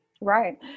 right